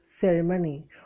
ceremony